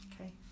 Okay